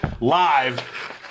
live